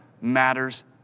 matters